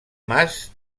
mas